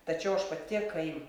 tačiau aš pati kai